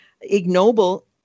ignoble